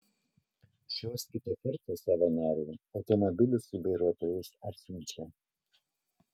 šios kitą kartą savo narei automobilius su vairuotojais atsiunčia